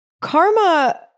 karma